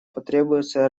потребуется